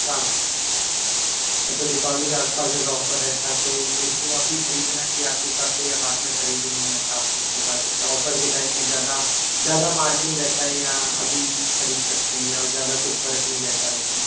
अच्छा आप अच्छा दीपावली के आसपास ऐसा ऑफर रहता है तो मेरे को अभी खरीदना चाहिए आपके हिसाब से या बाद में खरीदूँ ऐसा आप कुछ बता सकते हैं ऑफर के टाइम में ज़्यादा ज़्यादा मार्जींन रहता है या अभी खरीद सकते हैं या और ज़्यादा कुछ फर्क नहीं रहता है उसमें